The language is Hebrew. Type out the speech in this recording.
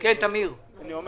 אני אומר